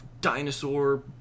dinosaur